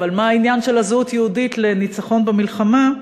אבל מה העניין של הזהות היהודית לניצחון במלחמה?